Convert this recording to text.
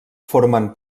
formen